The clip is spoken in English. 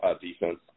defense